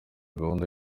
gahunda